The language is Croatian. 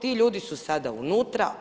Ti ljudi su sada unutra.